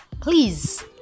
Please